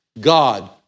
God